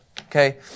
okay